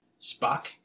Spock